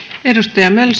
arvoisa rouva